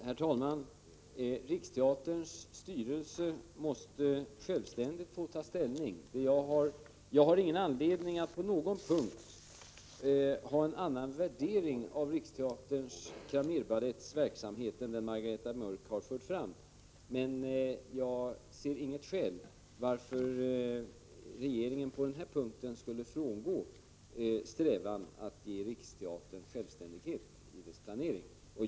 Herr talman! Riksteaterns styrelse måste självständigt få ta ställning. Jag har ingen anledning att på någon punkt ha en annan värdering av Cramérbalettens verksamhet vid Riksteatern än den Margareta Mörck har fört fram, men jag ser inget skäl till att regeringen på denna punkt skulle frångå strävan att ge Riksteatern självständighet i sin planering.